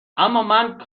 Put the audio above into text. امامن